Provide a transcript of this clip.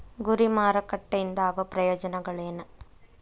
ಗುರಿ ಮಾರಕಟ್ಟೆ ಇಂದ ಆಗೋ ಪ್ರಯೋಜನಗಳೇನ